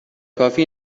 کافی